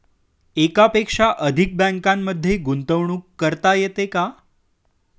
एकापेक्षा अधिक बँकांमध्ये गुंतवणूक करता येते का?